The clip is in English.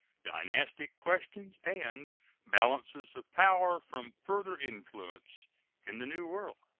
dynastic questions, and balances of power from further influence in the new world.